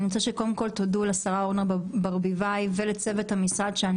אני רוצה שקודם כל תודו לשרה אורנה ברביבאי ולצוות המשרד שאני